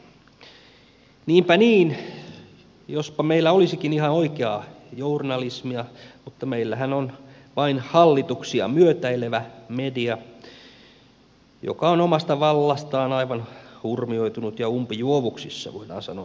niinpä niin jospa meillä olisikin ihan oikeaa journalismia mutta meillähän on vain hallituksia myötäilevä media joka on omasta vallastaan aivan hurmioitunut ja umpijuovuksissa voidaan sanoa